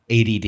ADD